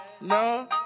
no